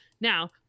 Now